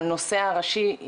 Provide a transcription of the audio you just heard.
הנושא הראשי,